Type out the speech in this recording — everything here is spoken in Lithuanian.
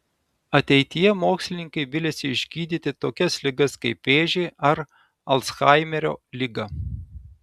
ateityje mokslininkai viliasi išgydyti tokias ligas kaip vėžį ar alzhaimerio ligą